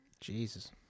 Jesus